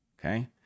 Okay